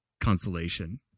consolation